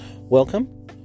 Welcome